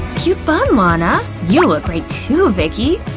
cute bun, lana! you look great too, vicky!